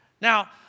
Now